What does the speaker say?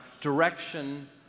direction